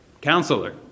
Counselor